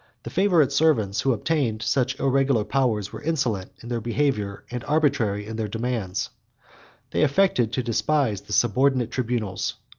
the favorite servants, who obtained such irregular powers, were insolent in their behavior, and arbitrary in their demands they affected to despise the subordinate tribunals,